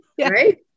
Right